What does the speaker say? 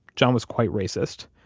john was quite racist,